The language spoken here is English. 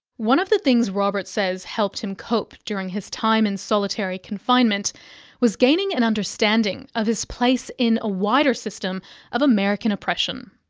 one of the things robert says helped him cope during his time in solitary confinement was gaining an understanding of his place in a wider system of american oppression.